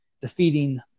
defeating